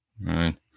right